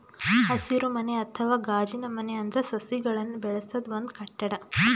ಹಸಿರುಮನೆ ಅಥವಾ ಗಾಜಿನಮನೆ ಅಂದ್ರ ಸಸಿಗಳನ್ನ್ ಬೆಳಸದ್ ಒಂದ್ ಕಟ್ಟಡ